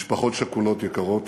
משפחות שכולות יקירות,